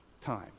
time